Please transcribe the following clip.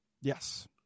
Yes